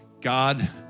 God